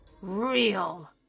real